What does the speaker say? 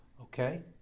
okay